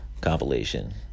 compilation